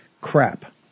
Crap